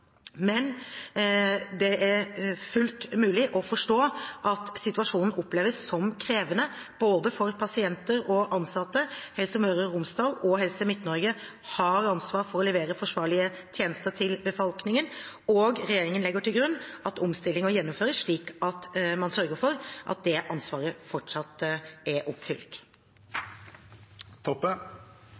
Men det er fullt mulig å forstå at situasjonen oppleves som krevende for både pasienter og ansatte. Helse Møre og Romsdal og Helse Midt-Norge har ansvar for å levere forsvarlige tjenester til befolkningen. Regjeringen legger til grunn at omstillinger gjennomføres slik at man sørger for at det ansvaret fortsatt er oppfylt.